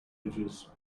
edges